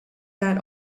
that